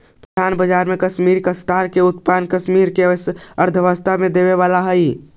परिधान बाजार में कश्मीरी काश्तकार के उत्पाद कश्मीर के अर्थव्यवस्था के दृढ़ता देवे वाला हई